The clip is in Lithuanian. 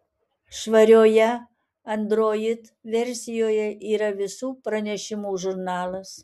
švarioje android versijoje yra visų pranešimų žurnalas